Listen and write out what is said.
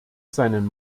seinen